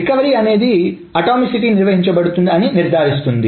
recovery అనేది atomicity నిర్వహించబడుతుంది అని నిర్ధారిస్తుంది